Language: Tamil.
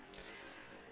எஸ் ஆராய்ச்சி ஆய்வாளர்